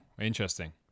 Interesting